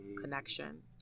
connection